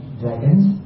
dragons